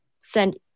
send